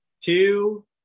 two